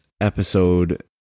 episode